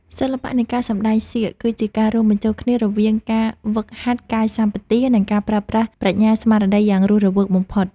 សិល្បៈនៃការសម្តែងសៀកគឺជាការរួមបញ្ចូលគ្នារវាងការហ្វឹកហាត់កាយសម្បទា និង ការប្រើប្រាស់ប្រាជ្ញាស្មារតីយ៉ាងរស់រវើកបំផុត។